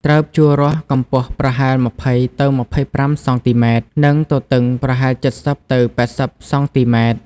ត្រូវភ្ជួររាស់កម្ពស់ប្រហែល ២០ទៅ២៥ សង់ទីម៉ែត្រ និងទទឹងប្រហែល ៧០ទៅ៨០ សង់ទីម៉ែត្រ។